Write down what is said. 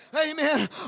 Amen